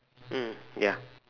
mm ya